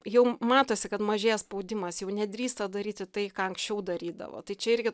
jau matosi kad mažėja spaudimas jau nedrįsta daryti tai ką anksčiau darydavo tai čia irgi